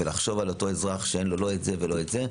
ולחשוב על אותו אזרח שאין לו לא את זה ולא את זה,